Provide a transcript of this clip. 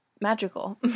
magical